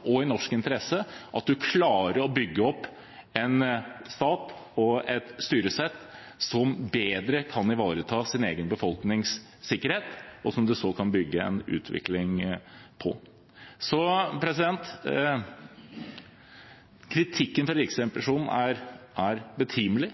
og norsk interesse at man klarer å bygge opp en stat og et styresett som bedre kan ivareta sin egen befolknings sikkerhet, og som man så kan bygge en utvikling på. Kritikken fra Riksrevisjonen er betimelig.